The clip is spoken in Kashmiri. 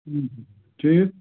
ٹھیٖک